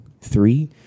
Three